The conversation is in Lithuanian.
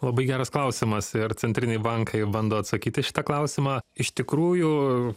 labai geras klausimas ir centriniai bankai bando atsakyt į šitą klausimą iš tikrųjų